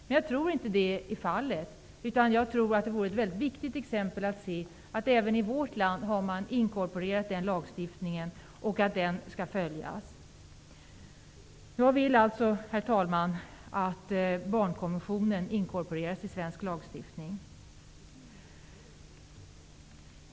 Men jag tror inte att det är fallet. Jag tror att det vore ett mycket viktigt exempel att man även i vårt land har inkorporerat konventionen i lagstiftningen och att den skall följas. Jag vill alltså, herr talman, att barnkonventionen inkorporeras i svensk lagstiftning.